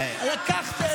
אתה עומד,